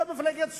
זו מפלגת ש"ס.